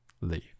leave